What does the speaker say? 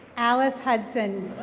alice hudson.